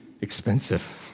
expensive